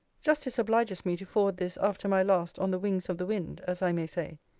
justice obliges me to forward this after my last on the wings of the wind, as i may say.